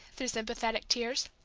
through sympathetic tears.